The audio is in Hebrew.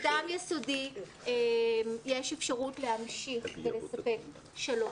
גם ביסודי יש אפשרות להמשיך ולספק שלוש